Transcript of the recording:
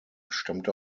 stammte